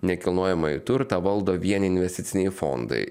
nekilnojamąjį turtą valdo vien investiciniai fondai